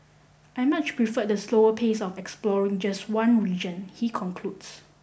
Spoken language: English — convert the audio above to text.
I much preferred the slower pace of exploring just one region he concludes